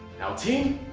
now team,